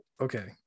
Okay